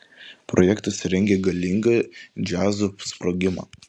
projektas rengia galingą džiazo sprogimą